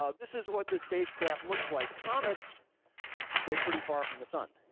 um this is what the spacecraft looks like. comets go pretty far from the sun.